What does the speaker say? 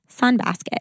Sunbasket